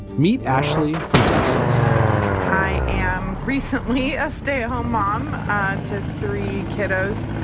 meet ashley from texas i am recently a stay-at-home mom ah to three kiddos,